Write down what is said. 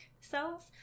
cells